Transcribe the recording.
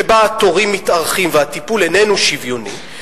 שבה התורים מתארכים והטיפול איננו שוויוני,